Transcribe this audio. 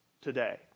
today